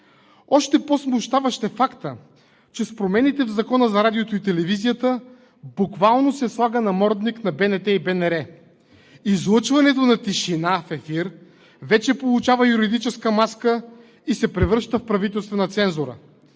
Още по-смущаващ е фактът, че с промените в Закона за радиото и телевизията буквално се слага намордник на БНТ и БНР. Излъчването на тишина в ефир вече получава юридическа маска и се превръща в правителствена цензура.